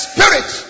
Spirit